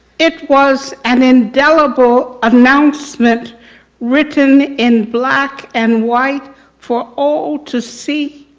it was an indelible announcement written in black and white for all to see.